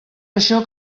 això